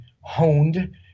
honed